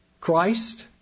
Christ